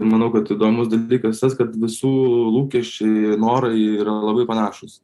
manau kad įdomus dalykas tas kad visų lūkesčiai norai yra labai panašūs